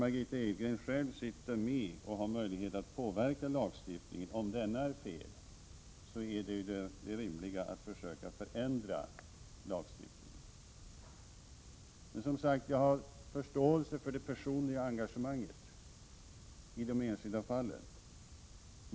Margitta Edgren har alltså själv möjlighet att påverka lagstiftningen — om nu denna är felaktig —, och då är ju det rimliga att försöka ändra lagstiftningen. Jag har, som sagt, förståelse för det personliga engagemanget i de enskilda fallen.